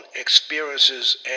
experiences